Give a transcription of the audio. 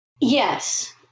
Yes